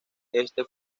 este